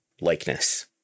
likeness